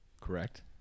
Correct